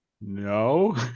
No